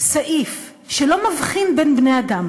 סעיף שלא מבחין בין בני-אדם